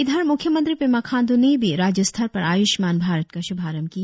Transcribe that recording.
इधर मुख्यमंत्री पेमा खांडू ने भी राज्य स्तर पर आयुष्मान भारत का श्रभारंभ किया